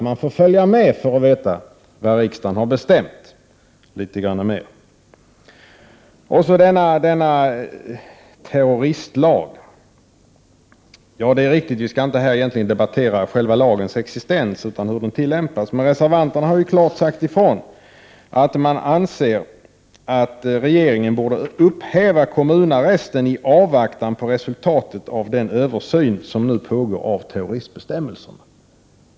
Man får följa med litet mer för att få veta vad riksdagen har bestämt. Vad beträffar denna terroristlag är det riktigt att vi här inte skall debattera lagens existens utan hur den tillämpats. Men reservanterna har sagt ifrån att man anser att regeringen borde upphäva kommunarresten i avvaktan på resultatet av den översyn som nu pågår av terroristbestämmelserna.